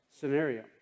scenario